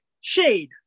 shade